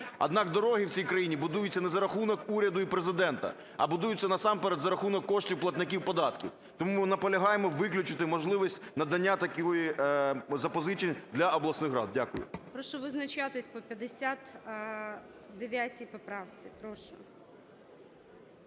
Однак дороги в цій країні будуються не за рахунок уряду і Президента, а будуються насамперед за рахунок коштів платників податків. Тому ми наполягаємо виключити можливість надання таких запозичень для обласних рад. Дякую. ГОЛОВУЮЧИЙ. Прошу визначатись по 59 поправці, прошу.